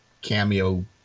cameo